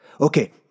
Okay